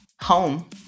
home